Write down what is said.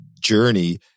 journey